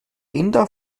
inder